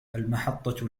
المحطة